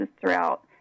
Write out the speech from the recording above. throughout